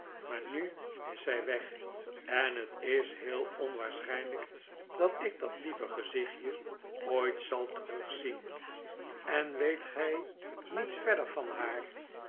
maar nu is zij weg en het is heel onwaarschijnlijk dat ik dat lieve gezichtje ooit zal terugzien en weet gij niets verder van haar